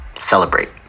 celebrate